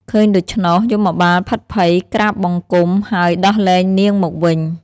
ឃើញដូច្នោះ យមបាលភិតភ័យ ក្រាបបង្គំ ហើយដោះលែងនាងមកវិញ ។